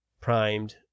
primed